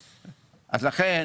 לכן,